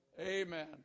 Amen